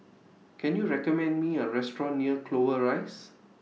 Can YOU recommend Me A Restaurant near Clover Rise